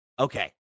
Okay